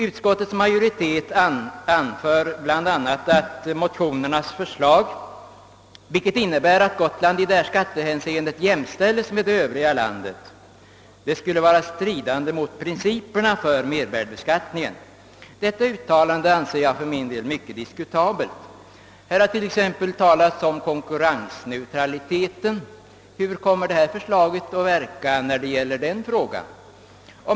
Utskottsmajoriteten anför bl.a. att motionärernas förslag, vilket innebär att Gotland i skattehänseende jämställs med det övriga landet, skulle vara stridande mot principerna för mervärdeskatten. Detta uttalande anser jag mycket diskutabelt. Här har t.ex. talats om konkurrensneutralitet; hur kommer detta förslag att verka i det avseendet?